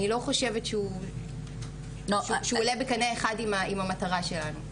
אני לא חושבת שהוא עולה בקנה אחד עם המטרה שלנו.